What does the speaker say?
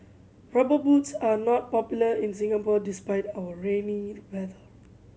Rubber Boots are not popular in Singapore despite our rainy weather